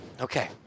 Okay